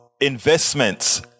investments